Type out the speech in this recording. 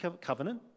covenant